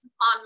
on